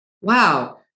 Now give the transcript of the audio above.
wow